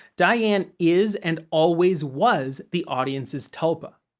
diane is and always was the audience's tulpa.